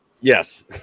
Yes